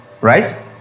right